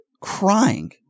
crying